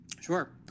Sure